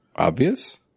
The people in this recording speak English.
Obvious